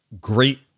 Great